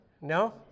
No